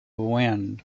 wind